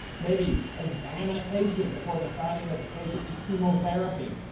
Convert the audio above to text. maybe examine a patient before deciding that the patient need chemotherapy.